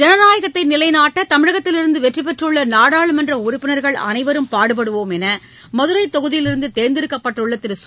ஜனநாயகத்தை நிலைநாட்ட தமிழகத்திலிருந்து வெற்றி பெற்றுள்ள நாடாளுமன்ற உறுப்பினர்கள் அனைவரும் பாடுபடுவோம் என மதுரை தொகுதியிலிருந்து தேர்ந்தெடுக்கப்பட்டுள்ள திரு சு